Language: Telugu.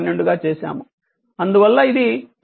అందువల్ల ఇది 12 e 2 t ఆంపియర్